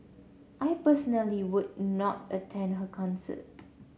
I personally would not attend her concert